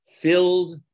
filled